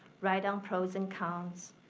write down pros and cons,